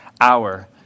hour